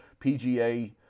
pga